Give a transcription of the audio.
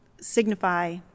signify